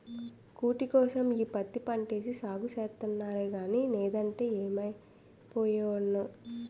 కూటికోసం ఈ పత్తి పంటేసి సాగు సేస్తన్నగానీ నేదంటే యేమైపోయే వోడ్నో